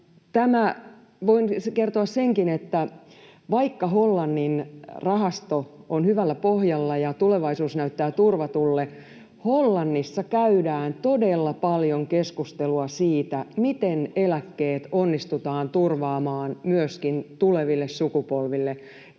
Voin kertoa senkin, että vaikka Hollannin rahasto on hyvällä pohjalla ja tulevaisuus näyttää turvatulle, Hollannissa käydään todella paljon keskustelua siitä, miten eläkkeet onnistutaan turvaamaan myöskin tuleville sukupolville.